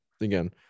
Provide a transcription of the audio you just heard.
again